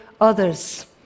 others